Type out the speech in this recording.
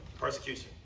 persecution